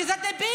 כי זה דבילי.